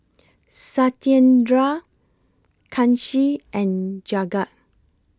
Satyendra Kanshi and Jagat